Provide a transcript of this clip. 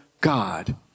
God